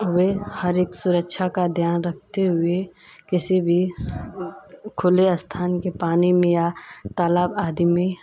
हमें हर एक सुरक्षा का ध्यान रखते हुए किसी भी खुले स्थान के पानी में या तालाब आदि में